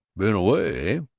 been away,